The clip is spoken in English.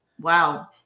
Wow